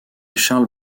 charles